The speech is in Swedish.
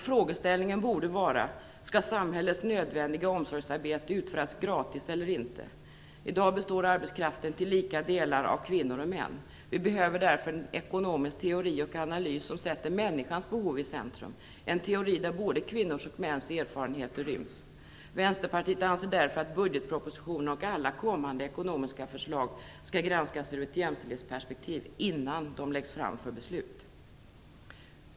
Frågeställningen borde vara: Skall samhällets nödvändiga omsorgsarbete utföras gratis eller inte? I dag består arbetskraften till lika delar av kvinnor och män. Vi behöver därför en ekonomisk teori och analys som sätter människans behov i centrum - en teori där både kvinnors och mäns erfarenheter ryms. Vänsterpartiet anser därför att budgetpropositionen och alla kommande ekonomiska förslag skall granskas ur ett jämställdhetsperspektiv - innan de läggs fram för beslut!